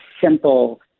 simple